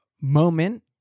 moment